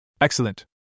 Excellent